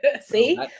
See